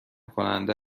کننده